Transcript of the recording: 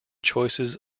choices